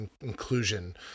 inclusion